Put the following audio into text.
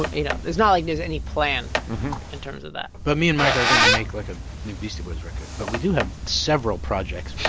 you know, there's not like there's any plan in terms of that but me and mike are going to make, like, a new beastie boys record. but we do have several projects.